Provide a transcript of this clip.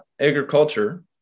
agriculture